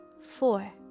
four